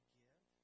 give